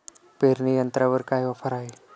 पेरणी यंत्रावर काय ऑफर आहे?